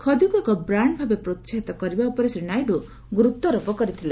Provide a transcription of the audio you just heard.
ଖଦୀକୃ ଏକ 'ବ୍ରାଣ୍ଡ' ଭାବେ ପ୍ରୋସାହିତ କରିବା ଉପରେ ଶ୍ରୀ ନାଇଡୁ ଗୁରୁତ୍ୱାରୋପ କରିଥିଲେ